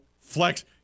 Flex